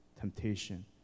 temptation